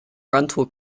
rental